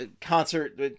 concert